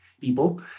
people